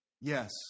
Yes